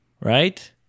Right